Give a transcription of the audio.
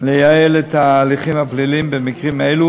לייעל את ההליכים הפליליים במקרים אלה